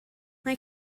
mae